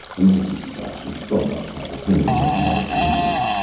emergency rations thought up by the primitive north american indians.